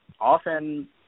often